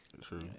True